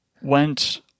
went